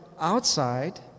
outside